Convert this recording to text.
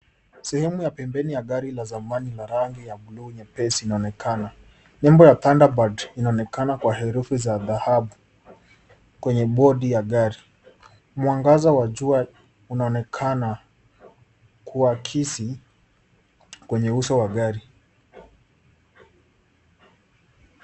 Sehemu ya pembeni ya gari la zamani la rangi ya bluu nyepesi inaonekana. Nembo ya pandabird inaonekana kwa herufi za dhahabu kwenye bodi ya gari. Mwangaza wa jua unaonekana kuakisi kwenye uso wa gari.